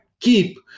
keep